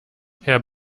herr